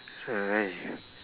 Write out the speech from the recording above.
so right